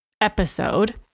episode